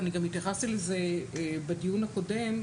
ואני גם התייחסתי לזה בדיון הקודם,